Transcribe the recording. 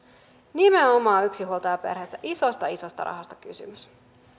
nimenomaan yksinhuoltajaperheessä isosta isosta rahasta kysymys